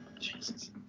Jesus